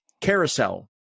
Carousel